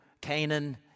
Canaan